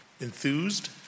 enthused